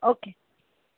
okay